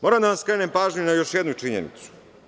Moram da vam skrenem pažnju na još jednu činjenicu.